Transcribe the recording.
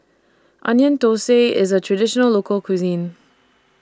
Onion Thosai IS A Traditional Local Cuisine